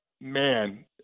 man